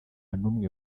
n’umwe